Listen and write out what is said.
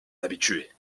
habitué